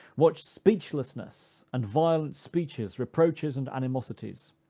what speechlessness and violent speeches reproaches and animosities!